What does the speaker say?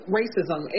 racism